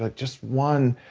like just one.